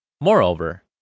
Moreover